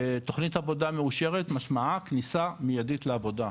תוכנית עבודה מאושרת משמעה, כניסה מיידית לעבודה,